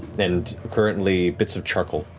and currently bits of charcoal.